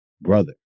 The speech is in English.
brother